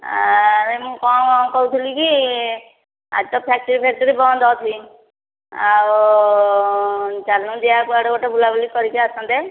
ଆରେ ମୁଁ କଣ କହୁଥିଲି କି ଆଜି ତ ଫ୍ୟାକ୍ଟ୍ରି ଫ୍ୟାକ୍ଟ୍ରି ବନ୍ଦ ଅଛି ଆଉ ଚାଲୁନୁ ଯିବା କୁଆଡ଼େ ଗୋଟେ ବୁଲା ବୁଲି କରିକି ଆସନ୍ତେ